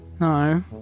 No